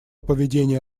поведение